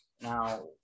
Now